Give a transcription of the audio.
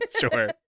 Sure